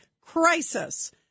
crisis